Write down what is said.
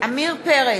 עמיר פרץ,